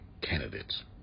candidates